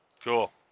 Cool